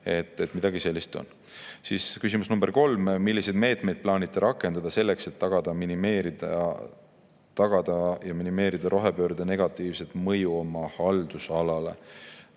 et midagi sellist on. Siis küsimus number kolm: "Milliseid meetmeid plaanite rakendada selleks, et tagada minimeerida rohepöörde negatiivset mõju oma haldusalale?"